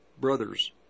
brothers